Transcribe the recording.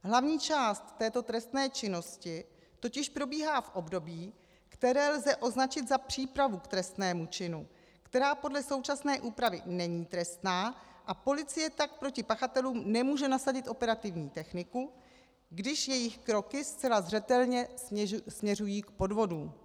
Hlavní část této trestné činnosti totiž probíhá v období, které lze označit za přípravu k trestnému činu, která podle současné úpravy není trestná, a policie tak proti pachatelům nemůže nasadit operativní techniku, i když jejich kroky zcela zřetelně směřují k podvodům.